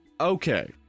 Okay